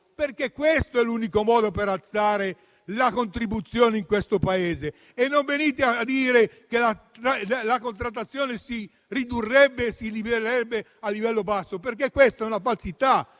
perché è l'unico modo per alzare la contribuzione in questo Paese. E non venite a dire che così la contrattazione si ridurrebbe e si livellerebbe a livello basso, perché questa è una falsità.